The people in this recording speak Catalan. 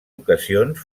ocasions